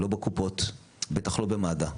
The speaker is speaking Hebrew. לא בקופות ובטח לא במד"א.